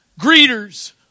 greeters